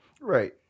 right